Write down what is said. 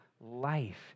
life